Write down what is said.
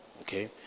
Okay